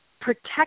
protect